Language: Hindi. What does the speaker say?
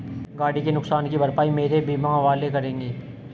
गाड़ी के नुकसान की भरपाई मेरे बीमा वाले करेंगे